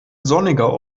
sonniger